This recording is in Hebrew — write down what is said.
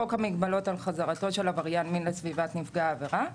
חוק המגבלות על חזרתו של עבריין מין לסביבת נפגע העבירה,